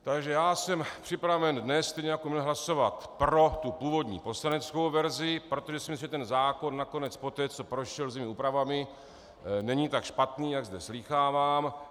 Takže já jsem připraven dnes stejně jako minule hlasovat pro původní poslaneckou verzi, protože si myslím, že ten zákon nakonec poté, co prošel úpravami, není tak špatný, jak zde slýchávám.